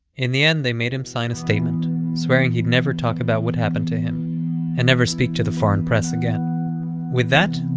in the end, they made him sign a statement swearing he'd never talk about what happened to him and never speak to the foreign press again with that,